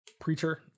preacher